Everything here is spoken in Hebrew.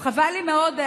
אז חבל לי מאוד,